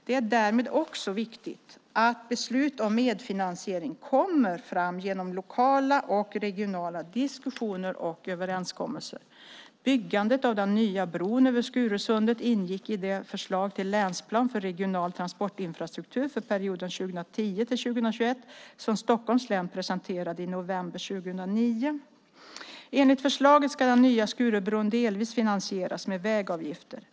Det är därmed också viktigt att beslut om medfinansiering kommer fram genom lokala och regionala diskussioner och överenskommelser. Byggandet av den nya bron över Skurusundet ingick i det förslag till länsplan för regional transportinfrastruktur för perioden 2010-2021 som Stockholms län presenterade i november 2009. Enligt förslaget ska den nya Skurubron delvis finansieras med vägavgifter.